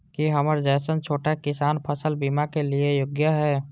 की हमर जैसन छोटा किसान फसल बीमा के लिये योग्य हय?